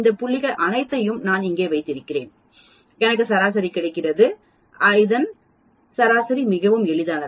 இந்த புள்ளிகள் அனைத்தையும் நான் இங்கே வைக்கிறேன் எனக்கு சராசரி கிடைக்கிறது இதன் சராசரி மிகவும் எளிதானது